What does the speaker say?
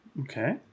Okay